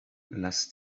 lass